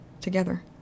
together